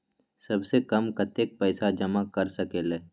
सबसे कम कतेक पैसा जमा कर सकेल?